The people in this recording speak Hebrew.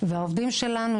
העובדים שלנו,